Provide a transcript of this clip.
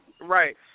right